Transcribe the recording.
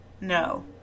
No